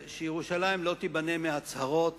שירושלים לא תיבנה מהצהרות